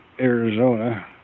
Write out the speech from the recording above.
Arizona